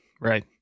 right